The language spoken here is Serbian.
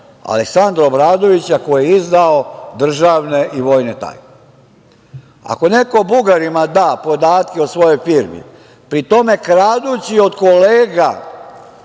Aleksandra Obradovića, koji je izdao države i vojne tajne. Ako neko Bugarima da podatke od svojoj firmi, pri tome kradući od kolega,